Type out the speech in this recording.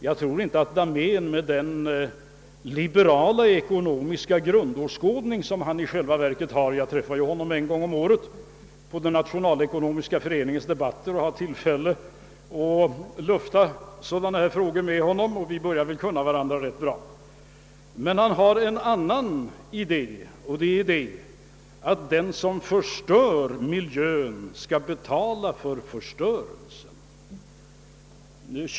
Jag tror inte att professor Dahmén med den liberala ekonomiska grundåskådning som han i själva verket har — jag träffar honom en gång om året på Nationalekonomiska föreningens debatter och har tillfälle att dryfta sådana frågor med honom och, vi börjar känna varandra rätt bra — håller fast vid den idén. Hans andra alternativ är att den som förstör miljön skall betala för förstörelsen.